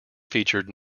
featured